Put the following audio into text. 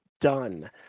done